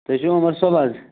تُہۍ چھِو عمر صٲب حظ